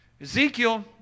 Ezekiel